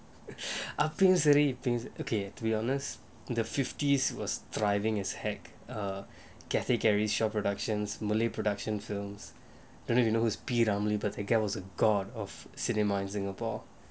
அப்பவும் சரி இப்பவும்:appavum sari ippavum okay to be honest in the fifties it was thriving as heck err cathay gary shaw productions malay production films don't have you know who's P ramlee but that guy was a god of cinema in singapore